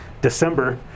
december